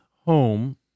Home